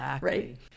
right